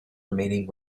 remaining